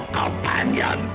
companion